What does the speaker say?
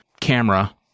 camera